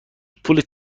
پول